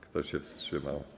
Kto się wstrzymał?